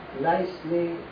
nicely